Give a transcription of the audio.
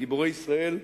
גיבורי ישראל,